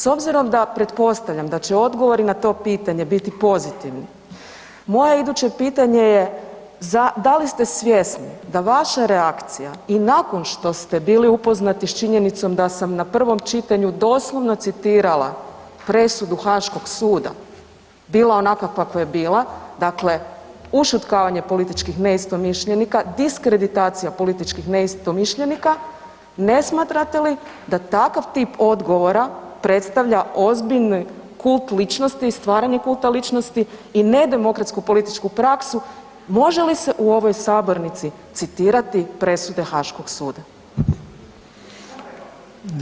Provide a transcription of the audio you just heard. S obzirom da pretpostavljam da će odgovori na to pitanje biti pozitivni, moje iduće pitanje je da li ste svjesni da vaša reakcija i nakon što ste bili upoznati s činjenicom da sam na prvom čitanju doslovno citirala presudu Haškog suda bila onakva kakva je bila, dakle ušutkavanje političkih neistomišljenika, diskreditacija političkih neistomišljenika, ne smatrate li da takav tip odgovora predstavlja ozbiljan kult ličnosti i stvaranje kulta ličnosti i nedemokratsku političku praksu, može li se u ovoj sabornici citirati presude Haškog suda?